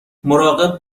مراقب